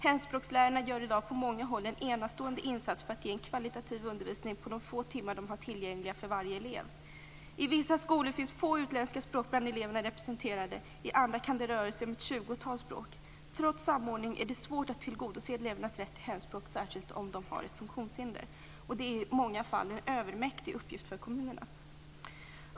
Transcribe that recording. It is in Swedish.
Hemspråkslärarna gör i dag på många håll en enastående insats för att ge en kvalitativ undervisning på de få timmar de har tillgängliga för varje elev. I vissa skolor finns få utländska språk representerade bland eleverna, och i andra kan det röra sig om ett tjugotal språk. Trots samordningen är det svårt att tillgodose elevernas rätt till hemspråk, särskilt om de har ett funktionshinder. Det är i många fall en övermäktig uppgift för kommunerna.